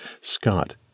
Scott